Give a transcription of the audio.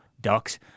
ducks